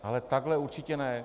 Ale takhle určitě ne.